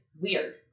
weird